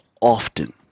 often